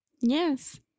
yes